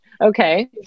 okay